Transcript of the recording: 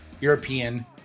European